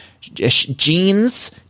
Jeans